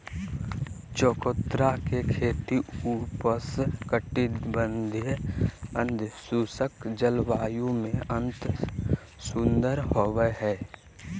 चकोतरा के खेती उपोष्ण कटिबंधीय, अर्धशुष्क जलवायु में अत्यंत सुंदर होवई हई